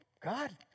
God